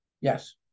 Yes